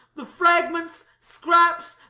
the fragments, scraps,